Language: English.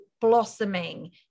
blossoming